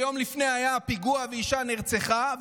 יום לפני היה פיגוע ואישה נרצחה,